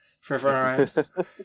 forever